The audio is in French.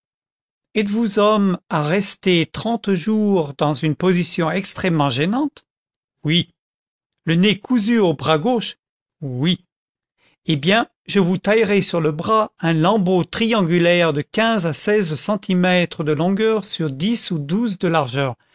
êtes-vous homme à rester trente jours dans une position extrêmement gênante oui le nez cousu au bras gauche oui eh bien je vous taillerai sur le bras un lambeau triangulaire de quinze à seize centimètres de longueur sur dix ou onze de largeur